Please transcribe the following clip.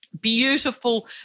beautiful